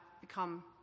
become